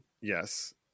Yes